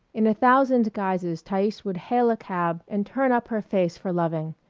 in a thousand guises thais would hail a cab and turn up her face for loving.